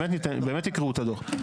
באמת תקראו את הדוח.